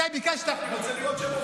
מתי ביקשת, רוצה לראות שהם עובדים.